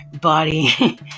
body